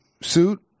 suit